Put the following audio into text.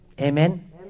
Amen